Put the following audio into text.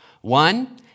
One